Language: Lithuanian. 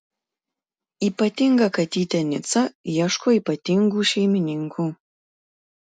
ypatinga katytė nica ieško ypatingų šeimininkų